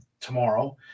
tomorrow